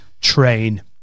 train